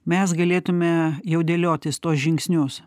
mes galėtume jau dėliotis tuos žingsnius